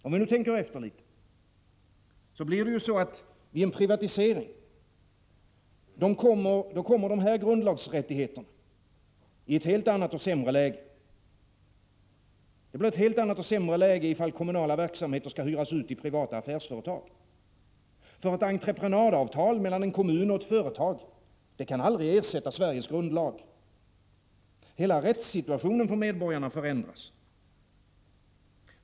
Om vi nu tänker efter litet, så finner vi att dessa grundlagsrättigheter kommer i ett helt annat och sämre läge vid en privatisering — om kommunala verksamheter skall hyras ut till privata affärsföretag. Ett entreprenadavtal mellan en kommun och ett företag kan aldrig ersätta Sveriges grundlag. Hela rättssituationen för medborgarna förändras.